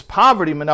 poverty